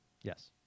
Yes